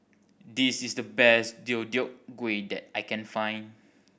this is the best Deodeok Gui that I can find